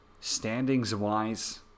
Standings-wise